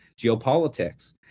geopolitics